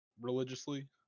religiously